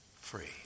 free